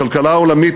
הכלכלה העולמית,